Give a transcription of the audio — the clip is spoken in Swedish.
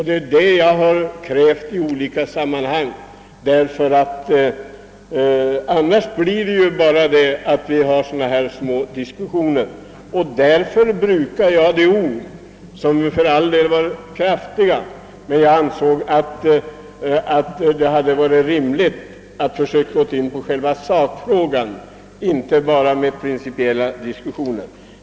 Det är detta som vi har krävt, ty annars får vi bara sådana diskussioner som denna. Jag använde ord som för all del var kraftiga, men jag ansåg det vara rimligt att försöka gå på själva sakfrågan och inte bara hålla på med principiella diskussioner.